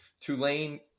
Tulane